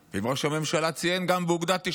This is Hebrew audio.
ואם ראש הממשלה ציין, גם באוגדה 98: